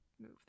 move